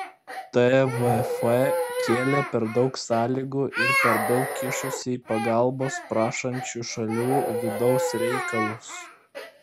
tvf kėlė per daug sąlygų ir per daug kišosi į pagalbos prašančių šalių vidaus reikalus